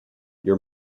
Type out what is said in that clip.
your